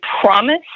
promise